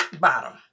bottom